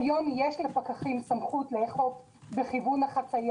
כיום יש לפקחים סמכות לאכוף בכיוון החציה